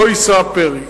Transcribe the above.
לא יישא פרי.